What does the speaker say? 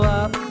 up